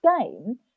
game